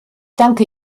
danken